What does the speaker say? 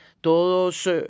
todos